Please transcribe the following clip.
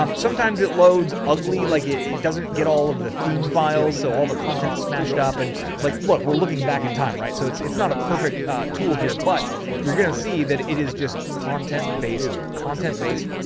um sometimes it loads ugly. like it doesn't get all of the theme files. so all the content is smashed up, but and like, look, we're looking back in time, right? so it's it's not a perfect tool here, but you're going to see that it is just content based content based.